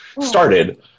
started